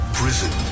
prison